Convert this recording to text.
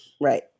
Right